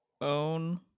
Own